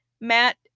matt